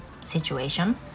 situation